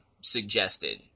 suggested